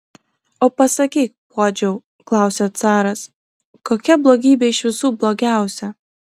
o pasakyk puodžiau klausia caras kokia blogybė iš visų blogiausia